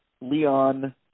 Leon